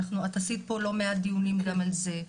את עשית פה לא מעט דיונים גם על זה.